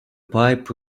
pipe